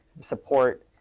support